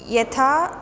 यथा